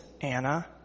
Anna